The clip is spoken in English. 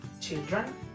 children